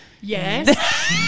Yes